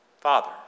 Father